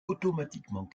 automatiquement